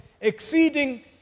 exceeding